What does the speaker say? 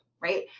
right